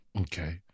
Okay